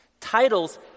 Titles